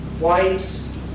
wipes